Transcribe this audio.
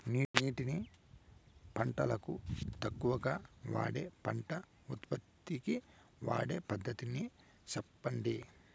నీటిని పంటలకు తక్కువగా వాడే పంట ఉత్పత్తికి వాడే పద్ధతిని సెప్పండి?